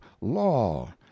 law